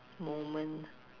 moment